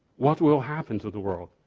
what will happen to the world?